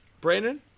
Brandon